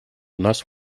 нас